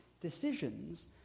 Decisions